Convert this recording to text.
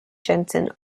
jensen